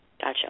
Gotcha